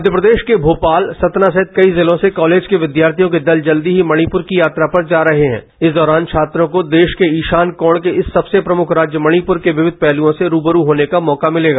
मध्यप्रदेश के भोपालसतना सहित कई जिलों से कालेज के विद्यार्थियों के दल जल्दी ही मथिपूर की यात्रा पर जा रहे हैं इस दौरान छात्रों को देश के ईशान कोण के इस सबसे प्रमुख राज्य मणिपूर के विविध पहलुओं से रूबरू होने का मौका भिलेगा